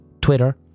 ...Twitter